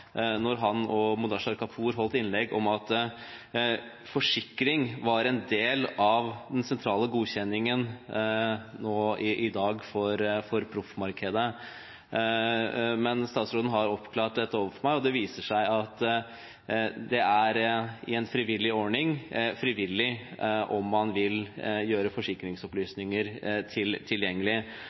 den sentrale godkjenningen i dag for proffmarkedet. Statsråden har oppklart dette overfor meg, og det viser seg at det er en frivillig ordning, det er frivillig om man vil gjøre forsikringsopplysninger tilgjengelig. BNL har skrevet et brev til